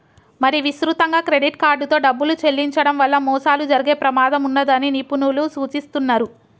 మరీ విస్తృతంగా క్రెడిట్ కార్డుతో డబ్బులు చెల్లించడం వల్ల మోసాలు జరిగే ప్రమాదం ఉన్నదని నిపుణులు సూచిస్తున్నరు